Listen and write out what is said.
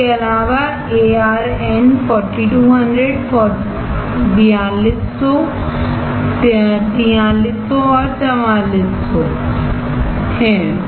इसके अलावा AR N 4200 4300 और 4400 AR N 4200 4300 and 4400 है